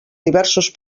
diversos